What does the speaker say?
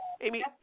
Amy